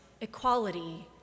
equality